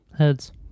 heads